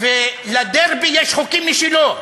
ו-לדרבי יש חוקים משלו,